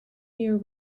year